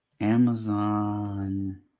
Amazon